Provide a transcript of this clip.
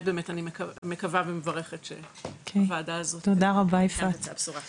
אני מקווה ומברכת שמהוועדה הזאת תצא הבשורה.